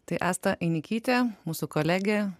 tai asta einikytė mūsų kolegė